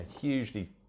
hugely